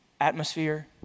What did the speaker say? atmosphere